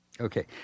Okay